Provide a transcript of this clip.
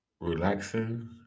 relaxing